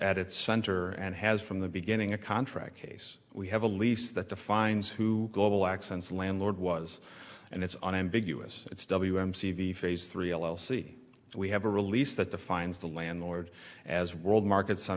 at its center and has from the beginning a contract case we have a lease that defines who global accents landlord was and it's unambiguous it's w m c the phase three l l c we have a release that defines the landlord as world markets on